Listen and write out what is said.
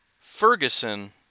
Ferguson